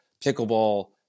pickleball